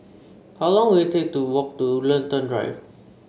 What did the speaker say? how long will it take to walk to Woollerton Drive